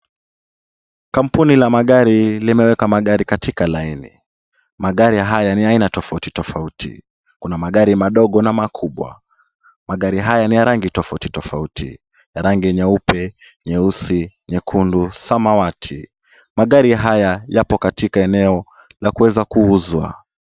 Kampuni la magari limeweka magari katika laini. Magari haya ni ya aina tofauti tofauti kuna magari madogo na makubwa. Magari haya ni ya rangi tofauti tofauti, kuna rangi nyeupe, nyeusi, nyekundu, samawati. Magari haya yapo katika eneo la kuweza kuuzwa.